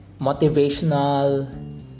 motivational